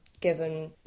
given